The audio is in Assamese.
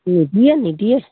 নিদিয়ে নিদিয়ে